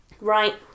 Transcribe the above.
Right